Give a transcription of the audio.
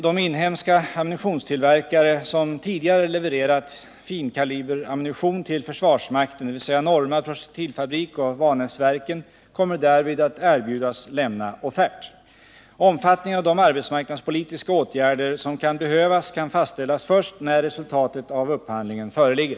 De inhemska ammunitionstillverkare som tidigare levererat finkaliberammunition till försvarsmakten, dvs. Norma Projektilfabrik och Vanäsverken, kommer därvid att erbjudas lämna offert. Omfattningen av de arbetsmarknadspolitiska åtgärder som kan behövas kan fastställas först när resultatet av upphandlingen föreligger.